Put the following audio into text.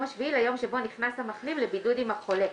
השביעי ליום שבו נכנס המחלים לבידוד עם החולה,